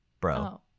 bro